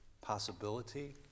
possibility